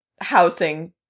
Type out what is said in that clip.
housing